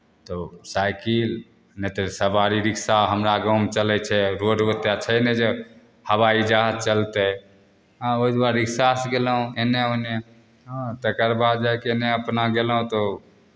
तऽ साइकिल नहि तऽ सवारी रिक्शा हमरा गाँवमे चलै छै रोड ओतेक छै नहि जे हवाइ जहाज चलतै हँ ओहि दुआरे रिक्शासँ गेलहुँ एन्नऽ ओन्नऽ हँ तकर बाद जायके ने अपना गेलहुँ तऽ